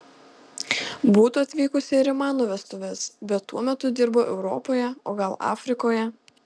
būtų atvykusi ir į mano vestuves bet tuo metu dirbo europoje o gal afrikoje